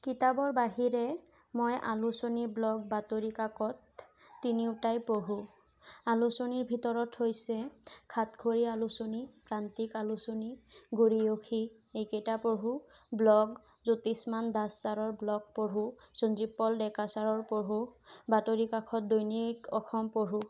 কিতাপৰ বাহিৰে মই আলোচনী ব্লগ বাতৰি কাকত তিনিওটাই পঢ়োঁ আলোচনীৰ ভিতৰত হৈছে সাতসৰী আলোচনী প্ৰান্তিক আলোচনী গৰীয়সী এইকেইটা পঢ়োঁ ব্লগ জ্যোতিস্মান ডেকা ছাৰৰ ব্লগ পঢ়োঁ সঞ্জীৱ পল ডেকা ছাৰৰ পঢ়োঁ বাতৰি কাতত দৈনিক অসম পঢ়োঁ